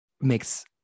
makes